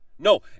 No